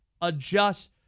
adjust